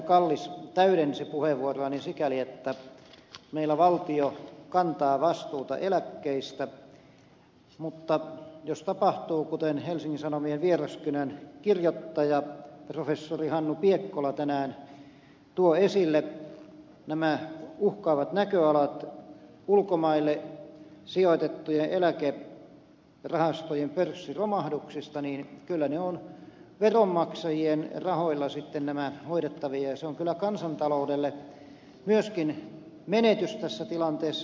kallis täydensi puheenvuoroani sikäli että meillä valtio kantaa vastuuta eläkkeistä mutta jos tapahtuvat kuten helsingin sanomien vieraskynän kirjoittaja professori hannu piekkola tänään tuo esille nämä uhkaavat näköalat ulkomaille sijoitettujen eläkerahastojen pörssiromahduksista niin kyllä ne on veronmaksajien rahoilla sitten hoidettava ja se on kyllä kansantaloudelle myöskin menetys tässä tilanteessa